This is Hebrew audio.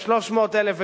300,000,